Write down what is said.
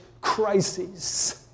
crises